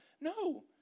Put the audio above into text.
No